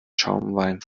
schaumwein